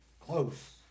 Close